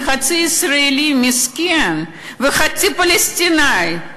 אני חצי ישראלי, מסכן, וחצי פלסטיני.